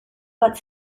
bat